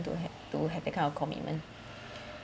to have to have that kind of commitment